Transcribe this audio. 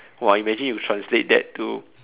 !wah! imagine if you translate that to